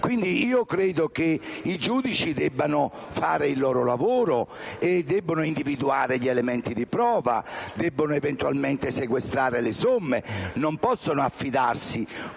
quindi che i giudici debbano fare il loro lavoro, debbano individuare gli elementi di prova ed eventualmente sequestrare le somme, ma che non possano affidarsi,